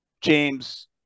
James